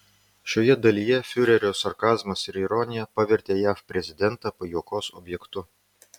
šioje dalyje fiurerio sarkazmas ir ironija pavertė jav prezidentą pajuokos objektu